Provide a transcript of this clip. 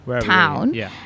town